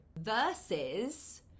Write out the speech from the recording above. Versus